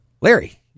Larry